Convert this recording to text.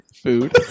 Food